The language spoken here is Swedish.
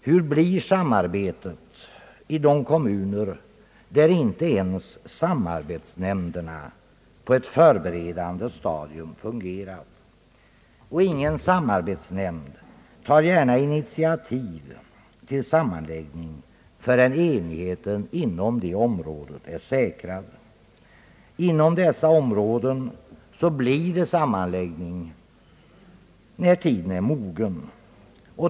Hur blir samarbetet i de kommuner, där inte ens samarbetsnämnderna på ett förberedande stadium fungerat? Ingen samarbetsnämnd tar gärna initiativ till sammanläggning förrän enigheten inom området är säkrad. Inom dessa områden blir det sammanläggning när tiden är mogen.